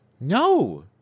No